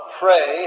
pray